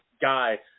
guy